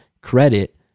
Credit